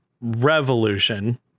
revolution